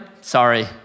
sorry